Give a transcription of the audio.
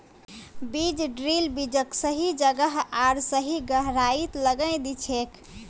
बीज ड्रिल बीजक सही जगह आर सही गहराईत लगैं दिछेक